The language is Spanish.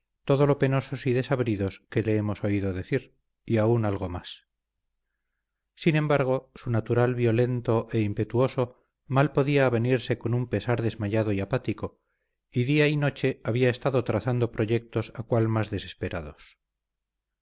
todo lo penosos y desabridos que le hemos oído decir y aún algo más sin embargo su natural violento e impetuoso mal podía avenirse con un pesar desmayado y apático y día y noche había estado trazando proyectos a cual más desesperados